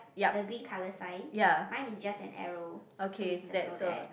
the green colour sign mine is just an arrow so we circle that